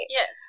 Yes